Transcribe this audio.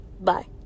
Bye